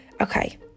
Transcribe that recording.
okay